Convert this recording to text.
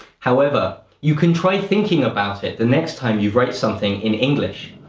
however, you can try thinking about it the next time you write something in english.